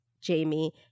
Jamie